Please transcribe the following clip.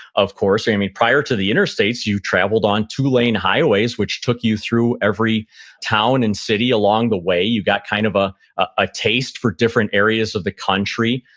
of course, i mean, prior to the interstates, you traveled on two lane highways, which took you through every town and city along the way. you got kind of ah a taste for different areas of the country.